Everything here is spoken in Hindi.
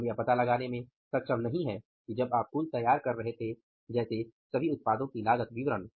हम यह पता लगाने में सक्षम नहीं हैं कि जब आप कुल तैयार कर रहे हैं जैसे सभी उत्पादों की लागत विवरण